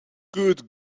good